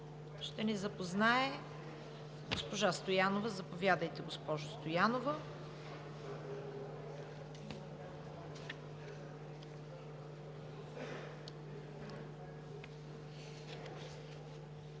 ще ни запознае госпожа Стоянова. Заповядайте, госпожо Стоянова.